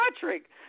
Patrick